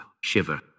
shiver